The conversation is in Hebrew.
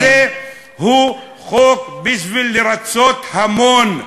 החוק הזה הוא חוק בשביל לרצות המון.